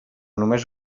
només